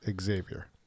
Xavier